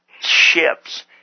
ships